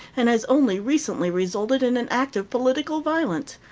and has only recently resulted in an act of political violence,